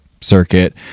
circuit